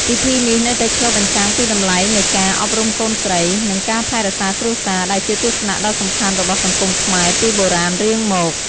ពិធីនេះនៅតែឆ្លុះបញ្ចាំងពីតម្លៃនៃការ អប់រំកូនស្រី និង ការថែរក្សាគ្រួសារ ដែលជាទស្សនៈដ៏សំខាន់របស់សង្គមខ្មែរពីបុរាណរៀងមក។